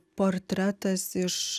portretas iš